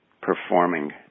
performing